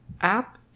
app